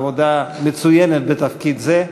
עבודה מצוינת בתפקיד זה.